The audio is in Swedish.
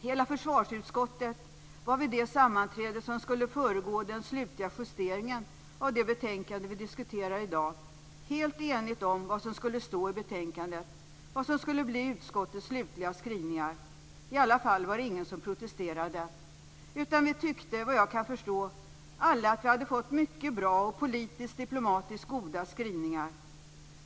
Hela försvarsutskottet var vid det sammanträde som skulle föregå den slutliga justeringen av det betänkande vi diskuterar i dag helt enigt om vad som skulle stå i betänkandet, vad som skulle bli utskottets slutliga skrivningar. I alla fall var det ingen som protesterade. Vi tyckte alla, såvitt jag kan förstå, att vi hade fått mycket bra och politiskt/diplomatiskt goda skrivningar.